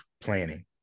planning